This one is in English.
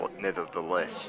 nevertheless